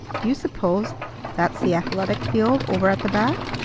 do you suppose that's the athletic field over at the back?